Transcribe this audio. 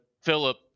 Philip